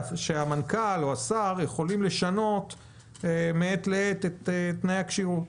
חושב שהמנכ"ל או השר יכולים לשנות מעת לעת את תנאי הכשירות.